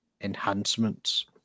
enhancements